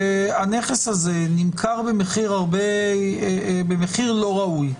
שהנכס הזה נמכר במחיר לא ראוי,